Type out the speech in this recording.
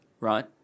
Right